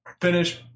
finish